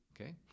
Okay